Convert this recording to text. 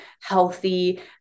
healthy